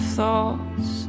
thoughts